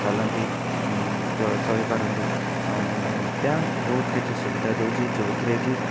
ଚାଲନ୍ତି ଯେଉଁ ଚଳିପାରନ୍ତି ବ୍ୟାଙ୍କ ବହୁତ କିଛି ସୁବିଧା ଦେଉଛି ଯେଉଁଥିରେ କି